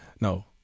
no